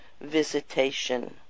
visitation